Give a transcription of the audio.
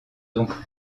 donc